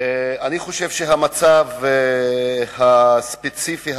בסדר, הוספתי.